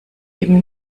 eben